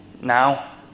Now